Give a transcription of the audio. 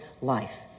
life